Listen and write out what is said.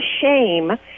shame